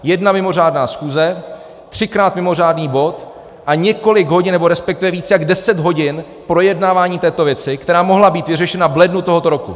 Jedna mimořádná schůze, třikrát mimořádný bod a několik hodin, nebo resp. více než deset hodin projednávání této věci, která mohla být vyřešena v lednu tohoto roku.